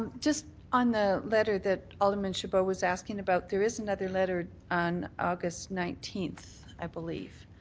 just on the letter that alderman chabot was asking about, there is another letter on august nineteenth, i believe,